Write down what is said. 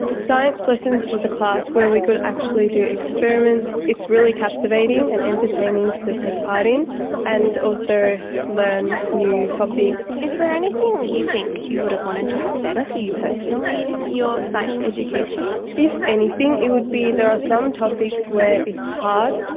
science lessons was a class where we could actually do experiments. it's really captivating and entertaining to take part in and also learn new topics. is there anything that you think you would have wanted to have the better for you personally in your science education? if anything it would be there are some topics where it's hard.